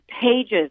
pages